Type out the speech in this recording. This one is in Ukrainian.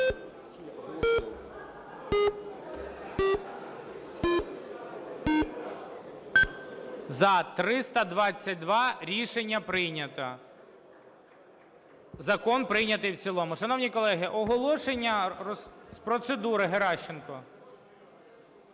За-322 Рішення прийнято. Закон прийнятий в цілому. Шановні колеги, оголошення. З процедури – Геращенко.